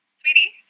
sweetie